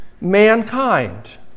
Mankind